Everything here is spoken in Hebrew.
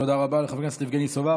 תודה רבה לחבר הכנסת יבגני סובה.